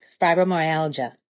fibromyalgia